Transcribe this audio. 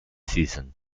season